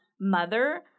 mother